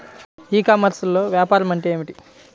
ఈ కామర్స్లో వ్యాపారం అంటే ఏమిటి?